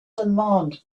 alarmed